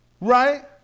Right